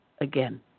again